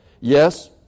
Yes